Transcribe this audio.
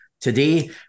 today